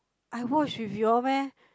I watch with you all meh